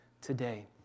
today